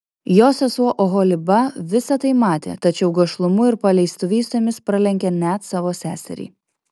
jos sesuo oholiba visa tai matė tačiau gašlumu ir paleistuvystėmis pralenkė net savo seserį